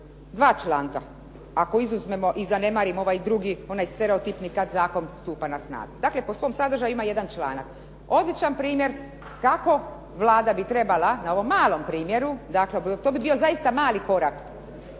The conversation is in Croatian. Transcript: dva članka ako izuzmemo i zanemarimo ovaj drugi onaj stereotipni kad zakon stupa na snagu. Dakle, po svom sadržaju ima jedan članak. Odličan primjer kako Vlada bi trebala na ovom malom primjeru, dakle to bi bio zaista mali korak